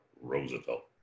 Roosevelt